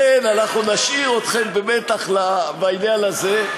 לכן, אנחנו נשאיר אתכם במתח בעניין הזה,